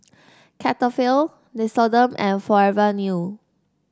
Cetaphil Nixoderm and Forever New